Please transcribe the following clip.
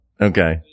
Okay